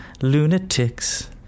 lunatics